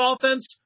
offense